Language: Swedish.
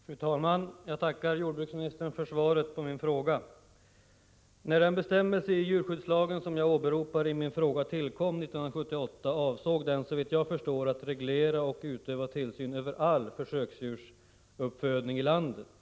Fru talman! Jag tackar jordbruksministern för svaret på min fråga. När den bestämmelse i djurskyddslagen som jag åberopade i min fråga tillkom 1978, var avsikten såvitt jag förstår att man genom denna bestämmelse skall reglera och utöva tillsyn över all försöksdjursuppfödning i landet.